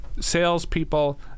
Salespeople